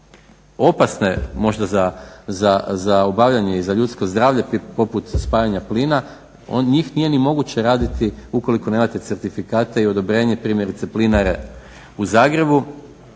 opasne možda za obavljanje i ljudsko zdravlje poput spajanja plina njih nije ni moguće raditi ukoliko nemate certifikate i odobrenje primjerice Plinare u Zagrebu.